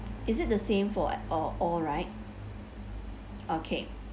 is it the same for all all right okay